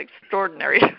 extraordinary